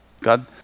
God